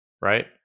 right